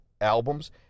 albums